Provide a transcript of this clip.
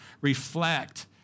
reflect